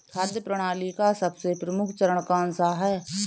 खाद्य प्रणाली का सबसे प्रमुख चरण कौन सा है?